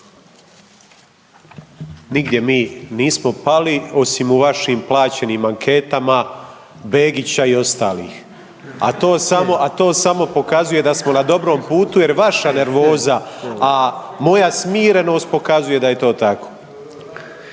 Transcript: Nigdje mi nismo pali osim u vašim plaćenim anketama Begića i ostalih, a to samo pokazuje da smo na dobrom putu jer vaša nervoza a moja smirenost pokazuje da je to tako.